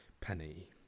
penny